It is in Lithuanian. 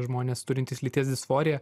žmonės turintys lyties disforiją